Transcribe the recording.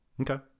Okay